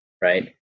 right